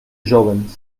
jóvens